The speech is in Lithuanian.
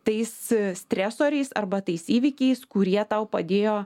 tais stresoriais arba tais įvykiais kurie tau padėjo